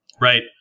right